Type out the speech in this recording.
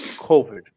COVID